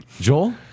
joel